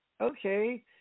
okay